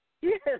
yes